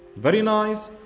very nice!